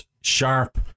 sharp